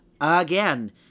again